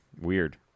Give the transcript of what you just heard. weird